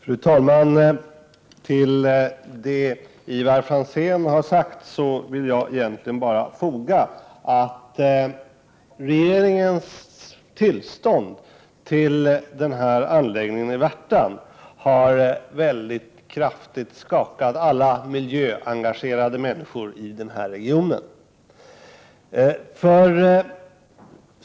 Fru talman! Till det Ivar Franzén har sagt vill jag egentligen bara foga att regeringens tillstånd till den här anläggningen i Värtan har kraftigt skakat alla miljöengagerade människor i regionen.